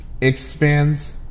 expands